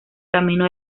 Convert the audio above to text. camino